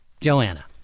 Joanna